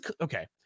okay